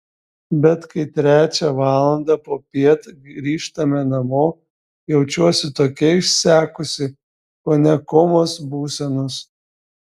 bet kai trečią valandą popiet grįžtame namo jaučiuosi tokia išsekusi kone komos būsenos